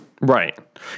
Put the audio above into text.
Right